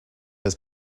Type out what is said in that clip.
his